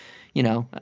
you know,